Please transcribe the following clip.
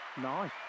Nice